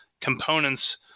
components